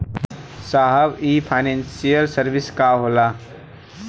साहब इ financial service का होला?